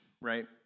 right